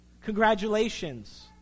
congratulations